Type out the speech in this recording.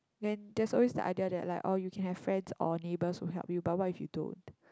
then there's always the idea that like you can have friends or neighbour to help you but what if you don't